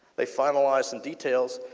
they finalized and details.